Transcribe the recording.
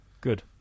Good